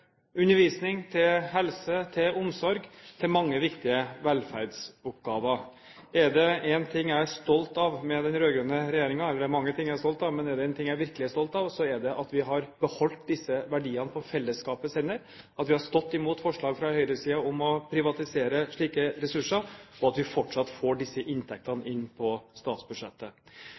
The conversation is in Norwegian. undervisning, helse, omsorg – til mange viktige velferdsoppgaver. Er det én ting jeg er stolt av med den rød-grønne regjeringen – det er mange ting jeg er stolt av, men er det én ting jeg virkelig er stolt av – er det at vi har beholdt disse verdiene på fellesskapets hender, at vi har stått imot forslag fra høyresiden om å privatisere slike ressurser, og at vi fortsatt får disse inntektene inn på statsbudsjettet.